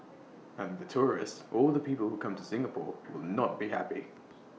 and the tourists or the people who come to Singapore will not be happy